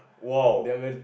!wow!